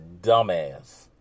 dumbass